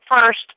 First